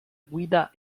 guida